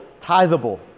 tithable